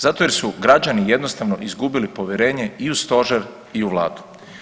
Zato jer su građani jednostavno izgubili povjerenje i u stožer i u vladu.